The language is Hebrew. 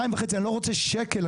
2.5. אני לא רוצה שקל,